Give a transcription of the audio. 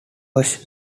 was